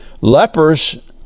lepers